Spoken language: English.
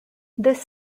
this